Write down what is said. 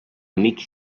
miks